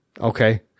Okay